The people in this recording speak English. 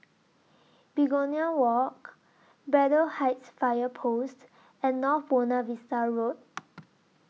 Begonia Walk Braddell Heights Fire Post and North Buona Vista Road